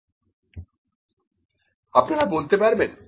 আপনারা বলতে পারবেন